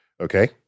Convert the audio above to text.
Okay